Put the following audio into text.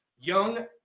young